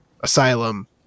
asylum